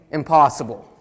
impossible